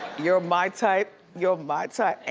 you're my type, you're my type, yeah.